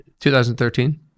2013